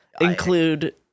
Include